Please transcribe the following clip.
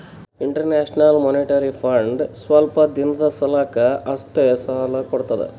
international Monetary Fund ಸ್ವಲ್ಪ್ ದಿನದ್ ಸಲಾಕ್ ಅಷ್ಟೇ ಸಾಲಾ ಕೊಡ್ತದ್